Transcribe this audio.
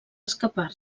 escapar